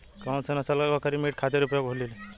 कौन से नसल क बकरी मीट खातिर उपयोग होली?